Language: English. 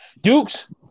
Dukes